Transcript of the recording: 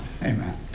amen